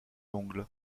ongles